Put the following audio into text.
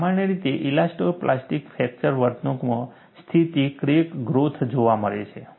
સામાન્ય રીતે elastoplastic fracture વર્તણૂકમાં સ્થિર ક્રેક ગ્રોથ જોવા મળે છે